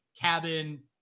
cabin